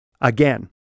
again